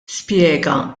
spjega